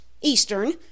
Eastern